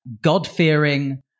God-fearing